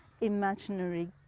imaginary